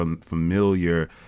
familiar